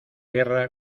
guerra